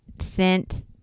sent